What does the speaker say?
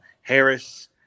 Harris